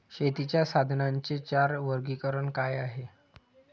शेतीच्या साधनांचे चार वर्गीकरण काय आहे?